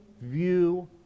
view